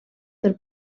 del